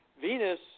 Venus